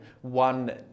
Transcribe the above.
one